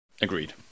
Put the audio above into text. Agreed